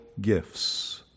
gifts